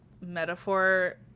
Metaphor